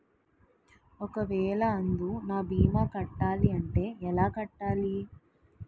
ఒక వేల అందునా భీమా కట్టాలి అంటే ఎలా కట్టాలి?